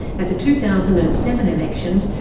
at the two thousand and seven elections,